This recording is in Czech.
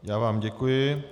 Já vám děkuji.